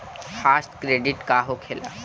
Fast credit का होखेला?